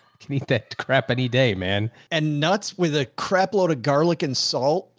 can eat that crap any day, man. and nuts with a crap load garlic and salt,